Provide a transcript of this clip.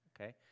okay